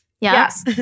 Yes